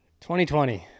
2020